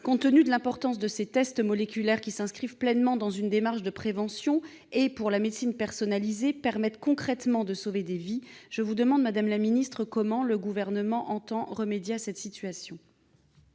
Compte tenu de l'importance de ces tests moléculaires, qui s'inscrivent pleinement dans une démarche de prévention et pour la médecine personnalisée et qui permettent concrètement de sauver des vies, comment le Gouvernement entend-il remédier à cette situation